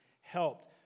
helped